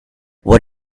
what